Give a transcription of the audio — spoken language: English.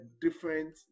different